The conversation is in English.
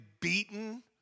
beaten